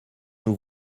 nous